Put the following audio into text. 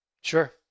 Sure